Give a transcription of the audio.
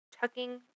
tucking